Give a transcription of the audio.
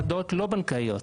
הודעות לא בנקאיות.